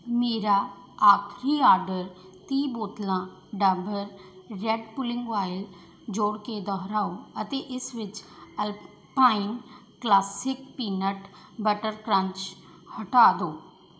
ਮੇਰਾ ਆਖਰੀ ਆਡਰ ਤੀਹ ਬੋਤਲਾਂ ਡਾਬਰ ਰੈੱਡ ਪੁਲਿੰਗ ਆਇਲ ਜੋੜ ਕੇ ਦੁਹਰਾਓ ਅਤੇ ਇਸ ਵਿੱਚ alpine classic peanut butter crunch ਹਟਾ ਦਿਉ